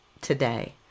today